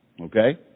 Okay